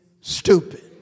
stupid